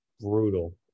Brutal